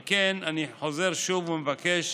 על כן, אני חוזר שוב ומבקש